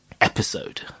episode